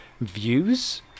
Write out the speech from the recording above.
views